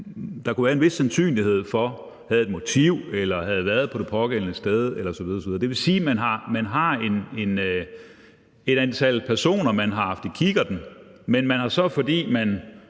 der kunne være en vis sandsynlighed for havde et motiv eller havde været på det pågældende sted osv. osv. Det vil sige, at man har et antal personer, man har haft i kikkerten, men man har så sagt, fordi man